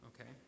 Okay